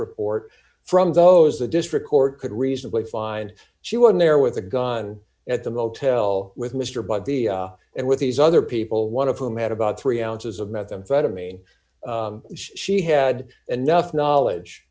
report from those the district court could reasonably find she won there with a gun at the motel with mr but the and with these other people one of whom had about three ounces of methamphetamine she had enough knowledge